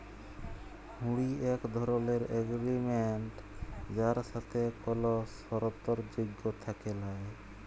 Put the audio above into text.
হুঁড়ি এক ধরলের এগরিমেনট যার সাথে কল সরতর্ যোগ থ্যাকে ল্যায়